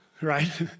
Right